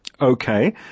Okay